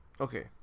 okay